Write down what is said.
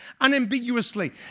unambiguously